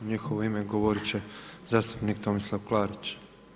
U njihovo ime govorit će zastupnik Tomislav Klarić.